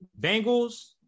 Bengals